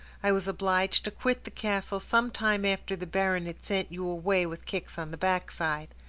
i was obliged to quit the castle some time after the baron had sent you away with kicks on the backside.